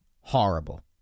horrible